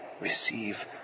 receive